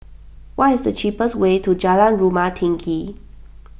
what is the cheapest way to Jalan Rumah Tinggi